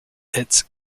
its